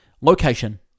Location